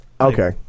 Okay